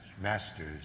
Masters